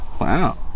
Wow